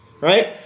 right